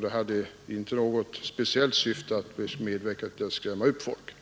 Det hade inte något speciellt syfte att medverka till att skrämma upp folk